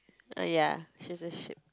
err ya she's a sheep